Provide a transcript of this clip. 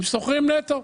הם שוכרים נטו.